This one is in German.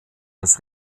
das